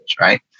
right